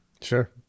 Sure